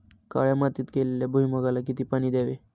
काळ्या मातीत केलेल्या भुईमूगाला किती पाणी द्यावे?